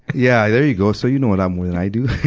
yeah, there you go. so you know what i'm, more than i do.